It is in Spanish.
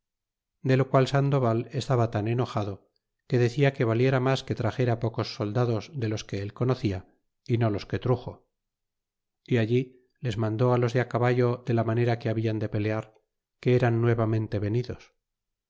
de lo qual sandoval estaba tan enojado que decia que valiera mas que traxera pocos soldados de los que él conocia y no los que truxo y allí les mandó á los de á caballo de la manera que habian de pelear que eran nuevamente venidos y